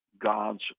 God's